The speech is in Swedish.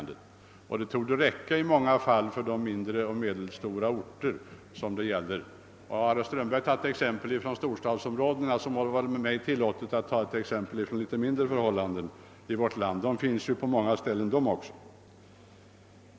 Detta torde i många fall vara tillräckligt i de mindre och medelstora orter som det gäller. — Om herr Strömberg har anfört exempel från Stockholmsområdet må det vara mig tillåtet att ta exempel från mindre tätbefolkade områden i vårt land. Det finns ju också många sådana.